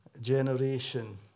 generation